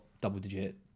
double-digit